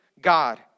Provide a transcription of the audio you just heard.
God